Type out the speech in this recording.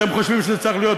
אתם חושבים שזה צריך להיות